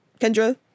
Kendra